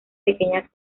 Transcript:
pequeñas